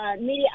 media